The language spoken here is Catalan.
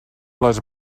les